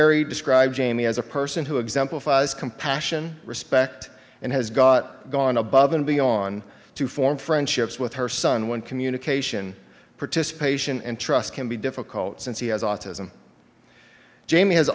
airy describe jamie as a person who exemplifies compassion respect and has got gone above and beyond to form friendships with her son when communication participation and trust can be difficult since he has autism jamie has